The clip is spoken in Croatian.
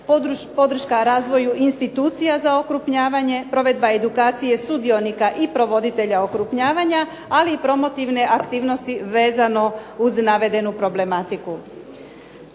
podrška razvoju institucija za okrupnjavanje, provedba edukacije sudionika i provoditelja okrupnjavanja, ali i promotivne aktivnosti vezano uz navedenu problematiku.